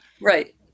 right